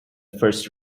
first